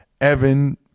Evan